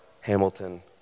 Hamilton